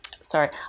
sorry